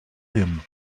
him